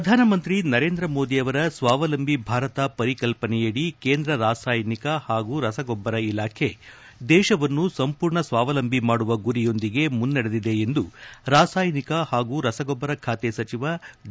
ಪ್ರಧಾನಮಂತ್ರಿ ನರೇಂದ್ರ ಮೋದಿ ಅವರ ಸ್ವಾವಲಂಬಿ ಭಾರತ ಪರಿಕಲ್ಪನೆಯಡಿ ಕೇಂದ್ರ ರಾಸಾಯನಿಕ ಹಾಗೂ ರಸಗೊಬ್ಲರ ಇಲಾಖೆ ದೇಶವನ್ನು ಸಂಪೂರ್ಣ ಸ್ನಾವಲಂಬಿ ಮಾಡುವ ಗುರಿಯೊಂದಿಗೆ ಮುನ್ನೆಡೆದಿದೆ ಎಂದು ರಾಸಾಯನಿಕ ಹಾಗೂ ರಸಗೊಬ್ಲರ ಖಾತೆ ಸಚಿವ ಡಿ